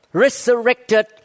resurrected